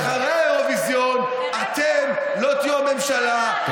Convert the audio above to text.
שאחרי האירוויזיון אתם לא תהיו הממשלה,